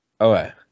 Okay